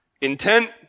intent